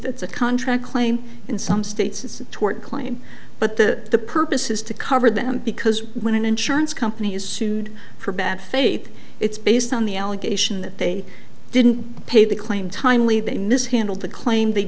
that's a contract claim in some states it's a tort claim but the purpose is to cover them because when an insurance company is sued for bad faith it's based on the allegation that they didn't pay the claim timely they mishandled the claim they